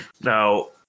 Now